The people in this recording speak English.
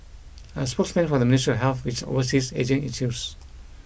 a spokesman for the Ministry of Health which oversees ageing issues